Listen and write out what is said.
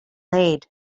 aid